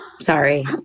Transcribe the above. Sorry